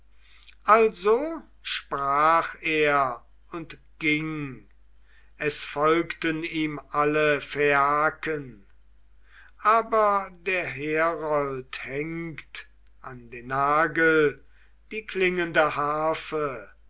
also sprach er und ging es folgten ihm alle phaiaken aber der herold hängt an den nagel die klingende harfe